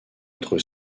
entre